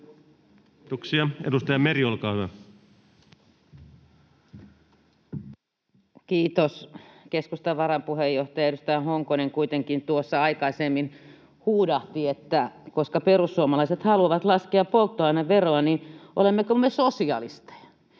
Kiitos! Keskustan varapuheenjohtaja, edustaja Honkonen kuitenkin tuossa aikaisemmin huudahti, että koska perussuomalaiset haluavat laskea polttoaineveroa, niin olemmeko me sosialisteja.